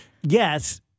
Yes